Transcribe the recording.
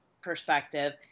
perspective